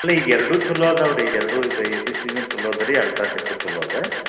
ಅಲ್ಲ ಈಗ ಎರಡೂ ಚಲೋ ಅದಾವೆ ರೀ ಎರಡೂ ಈಗ ಎ ಸಿ ಸಿನು ಚಲೋ ಅದ ರೀ ಅಲ್ಟ್ರಾಟೆಕ್ಕೂ ಚಲೋ ಅದ